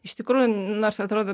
iš tikrųjų nors atrodo